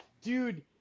dude